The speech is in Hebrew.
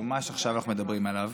שממש עכשיו אנחנו מדברים עליו,